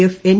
F N